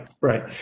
right